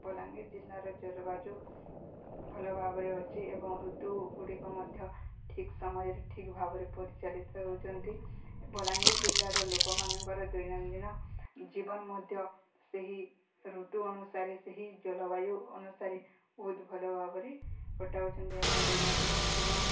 ବଲାଙ୍ଗୀର ଜିଲ୍ଲାର ଜଳବାୟୁ ଭଲ ଭାବରେ ଅଛି ଏବଂ ଋତୁ ଗୁଡ଼ିକ ମଧ୍ୟ ଠିକ୍ ସମୟରେ ଠିକ୍ ଭାବରେ ପରିଚାଳିତ ହେଉଛନ୍ତି ବଲାଙ୍ଗୀର ଜିଲ୍ଲାର ଲୋକମାନଙ୍କର ଦୈନନ୍ଦିନ ଜୀବନ ମଧ୍ୟ ସେହି ଋତୁ ଅନୁସାରେ ସେହି ଜଳବାୟୁ ଅନୁସାରେ ବହୁତ ଭଲ ଭାବରେ କଟାଉଛନ୍ତି ଏବଂ ଦୈନନ୍ଦିନ ଜୀବନ